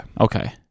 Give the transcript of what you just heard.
okay